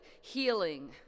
healing